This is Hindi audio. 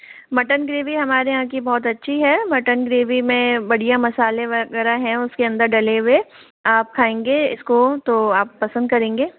मटन ग्रेवी हमारे यहाँ की बहुत अच्छी है मटन ग्रेवी में बढ़िया मसाले वगैरह हैं और उसके अंदर डले हुए आप खाएंगे इसको तो आप पसंद करेंगे